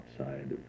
outside